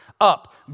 Up